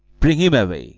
bring him away